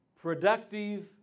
productive